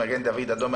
מגן דוד אדום,